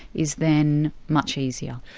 is then much easier.